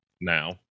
now